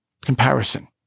comparison